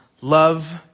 love